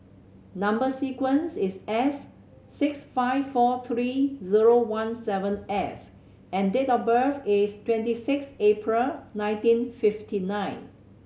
number sequence is S six five four three zero one seven F and date of birth is twenty six April nineteen fifty nine